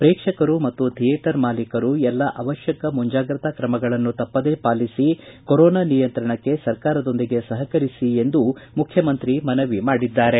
ಪ್ರೇಕ್ಷಕರು ಮತ್ತು ಥಿಯೇಟರ್ ಮಾಲೀಕರು ಎಲ್ಲಾ ಆವಶ್ಯಕ ಮುಂಜಾಗ್ರತಾ ಕ್ರಮಗಳನ್ನು ತಪ್ಪದೇ ಪಾಲಿಸಿ ಕೊರೋನಾ ನಿಯಂತ್ರಣಕ್ಕೆ ಸರ್ಕಾರದೊಂದಿಗೆ ಸಪಕರಿಸಿ ಎಂದು ಮುಖ್ಯಮಂತ್ರಿ ಮನವಿ ಮಾಡಿದ್ದಾರೆ